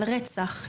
על רצח,